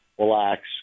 Relax